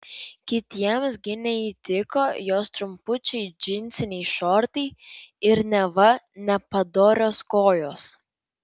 kitiems gi neįtiko jos trumpučiai džinsiniai šortai ir neva nepadorios kojos